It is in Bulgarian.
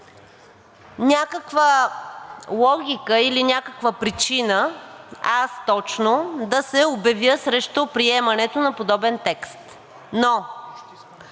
някаква логика или някаква причина точно аз да се обявя срещу приемането на подобен текст. Но